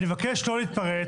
אני מבקש לא להתפרץ.